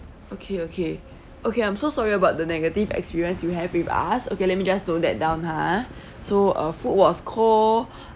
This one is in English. okay okay okay I'm so sorry about the negative experience you have with us okay let me just note that down ha so uh food was cold